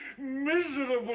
miserable